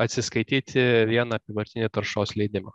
atsiskaityti vien apyvartinį taršos leidimą